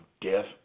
death